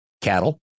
cattle